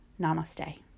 Namaste